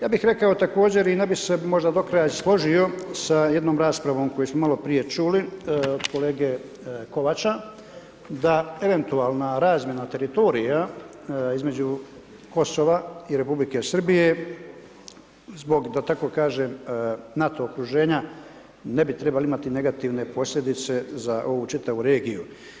Ja bih rekao također i ne bi se možda do kraja složio sa jednom raspravom koju smo maloprije čuli od kolege Kovača da eventualna razmjena teritorija između Kosova i Republike Srbije zbog da tako kažem, NATO okruženja ne bi trebali imati negativne posljedice za ovu čitavu regiju.